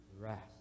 rest